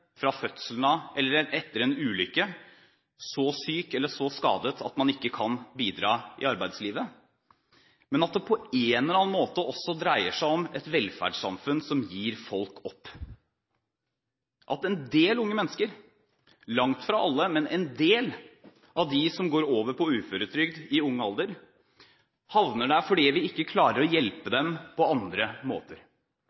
fra fødselen av eller etter en ulykke er så syk eller skadet at man ikke kan bidra i arbeidslivet, men at det på en eller annen måte dreier seg om et velferdssamfunn som gir folk opp, slik at en del mennesker – ikke alle – som går over på uføretrygd i ung alder, havner der fordi vi ikke klarer å hjelpe